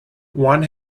one